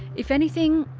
if anything,